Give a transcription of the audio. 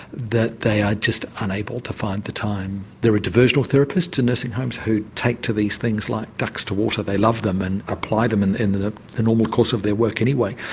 that they are just unable to find the time. there are diversional therapists to nursing homes who take to these things like ducks to water, they love them and apply them in in the normal course of their work anyway.